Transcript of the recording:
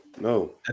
No